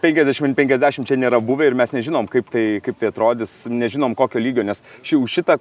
penkiasdešimt ant penkiasdešimt čia nėra buvę ir mes nežinom kaip tai kaip tai atrodys nežinom kokio lygio nes čia už šitą